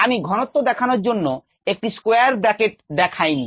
আমি ঘনত্ব দেখানোর জন্য একটি স্কোয়ার ব্র্যাকেট দেখাইনি